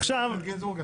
חוק גרוע מאוד,